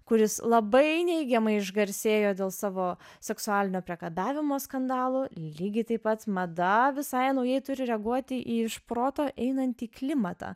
kuris labai neigiamai išgarsėjo dėl savo seksualinio priekabiavimo skandalų lygiai taip pat mada visai naujai turi reaguoti į iš proto einantį klimatą